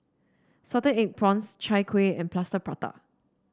Salted Egg Prawns Chai Kueh and Plaster Prata